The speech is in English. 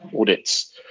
audits